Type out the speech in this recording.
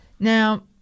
Now